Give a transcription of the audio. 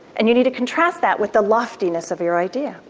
and you need to contrast that with the loftiness of your idea.